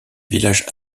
village